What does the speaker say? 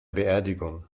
beerdigung